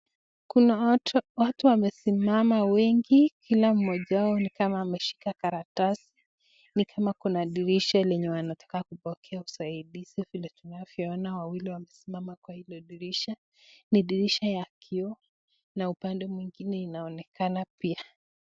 Kuna watu wamesimama wengi kila mmoja wao ni kama ameshika karatasi, ni kama kuna dirisha lenye wanataka kupokea usaidizi, vile tunavyoona wawili wamesimama kwa hilo dirisha. Ni dirisha ya kioo na upande mwingine inaonekana pia.